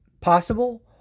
possible